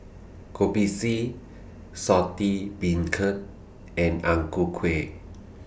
Kopi C Saltish Beancurd and Ang Ku Kueh